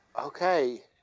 Okay